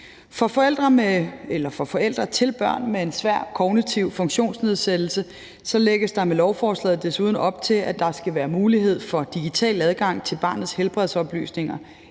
For forældre til børn med en svær kognitiv funktionsnedsættelse lægges der med lovforslaget desuden op til, at der skal være mulighed for digital adgang til barnets helbredsoplysninger,